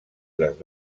les